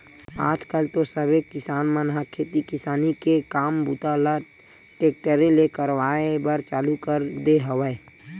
आज कल तो सबे किसान मन ह खेती किसानी के काम बूता ल टेक्टरे ले करवाए बर चालू कर दे हवय